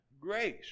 grace